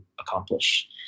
accomplish